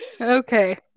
Okay